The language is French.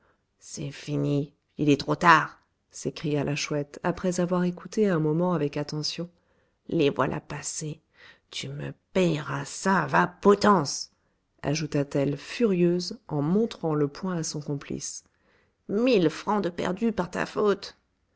c'est fini il est trop tard s'écria la chouette après avoir écouté un moment avec attention les voilà passées tu me payeras ça va potence ajouta-t-elle furieuse en montrant le poing à son complice mille francs de perdus par ta faute